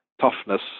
toughness